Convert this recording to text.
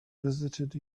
visited